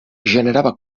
generava